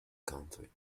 country